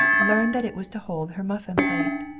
learned that it was to hold her muffin plate.